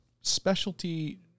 specialty